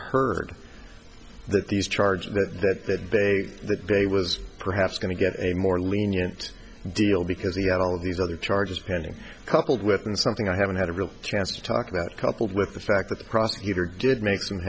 heard that these charges that they that day was perhaps going to get a more lenient deal because he had all of these other charges pending coupled with and something i haven't had a real chance to talk about coupled with the fact that the prosecutor did make some